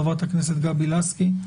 חברת הכנסת גבי לסקי,